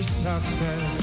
success